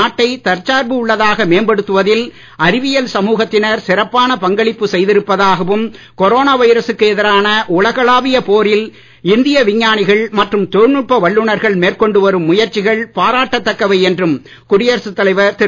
நாட்டை தற்சார்பு உள்ளதாக மேம்படுத்துவதில் அறிவியல் சமூகத்தினர் சிறப்பான பங்களிப்பு செய்திருப்பதாகவும் கொரோனா வைரசுக்கு எதிரான உலகளாவிய போரில் இந்திய விஞ்ஞானிகள் மற்றும் தொழில்நுட்ப வல்லுநர்கள் மேற்கொண்டு வரும் முயற்சிகள் பாராட்டத்தக்கவை என்றும் குடியரசு தலைவர் திரு